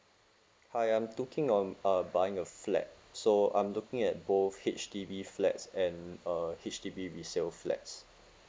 hi I'm thinking on uh buying a flat so I'm looking at both H_D_B flats and uh H_D_B resale flats